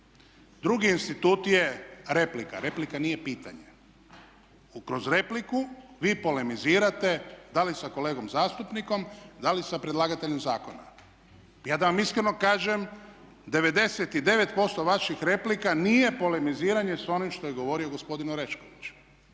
Drugi institut je replika. Replika nije pitanje. Kroz repliku vi polemizirate da li sa kolegom zastupnikom, da li sa predlagateljem zakona. Ja da vam iskreno kažem 99% vaših replika nije polemiziranje s onim što je govorio gospodin Orešković.